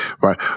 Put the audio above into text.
Right